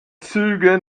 züge